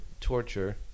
torture